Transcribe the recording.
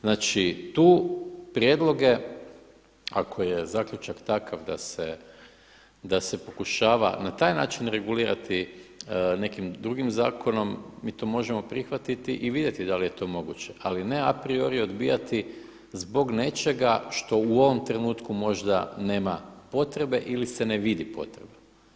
Znači tu prijedloge ako je zaključak takav da se pokušava na taj način regulirati nekim drugim zakonom mi to možemo prihvatiti i vidjeti da li je to moguće, ali ne a priori odbijati zbog nečega što u ovom trenutku možda nema potrebe ili se ne vidi potreba.